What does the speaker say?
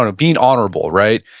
ah being honorable, right?